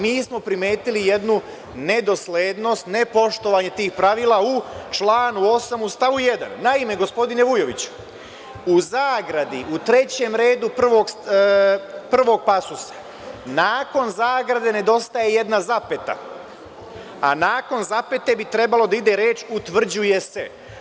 Mi smo primetili jednu nedoslednost, nepoštovanje tih pravila u članu 8. u stavu 1. Naime, gospodine Vujoviću, u zagradi u trećem redu prvog pasusa, nakon zagrade nedostaje jedna zapeta, a nakon zapete bi trebalo da ide reč „utvrđuje se“